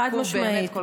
חד-משמעית.